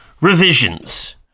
revisions